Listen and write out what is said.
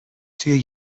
توی